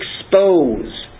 expose